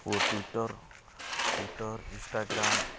O Twitter Twitter Instagram